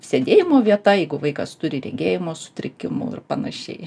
sėdėjimo vieta jeigu vaikas turi regėjimo sutrikimų ir panašiai